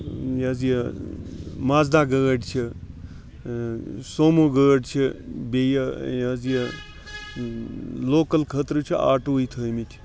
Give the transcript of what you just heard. یہِ حظ یہِ مازدا گٲڑ چھِ سومو گٲڑ چھِ بیٚیہِ یہِ حظ یہِ لوکَل خٲطرٕ چھ آٹوٕے تھٲمٕتۍ